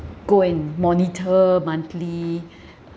go and monitor monthly